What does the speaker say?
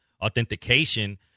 authentication